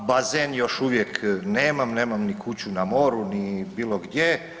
Pa bazen još uvijek nemam, nemam ni kuću na moru, ni bilo gdje.